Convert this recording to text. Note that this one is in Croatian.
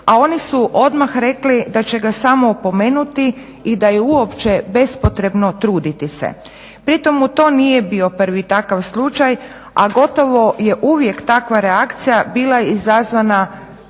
a oni su odmah rekli da će ga samo opomenuti i da je uopće bespotrebno truditi se. Pritom mu to nije bio prvi takav slučaj, a gotovo je uvijek takva reakcija bila izazvana